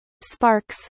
sparks